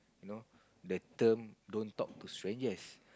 you know the term don't talk to strangers